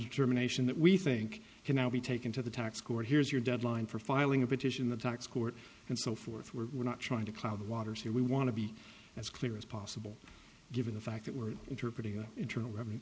determination that we think can now be taken to the tax court here's your deadline for filing a petition the tax court and so forth we're not trying to cloud the waters here we want to be as clear as possible given the fact that we're interpreting the internal revenue